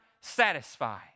satisfy